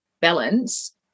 balance